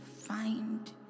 find